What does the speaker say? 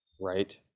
right